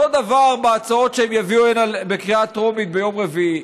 אותו דבר בהצעות שהם יביאו הנה בקריאה טרומית ביום רביעי.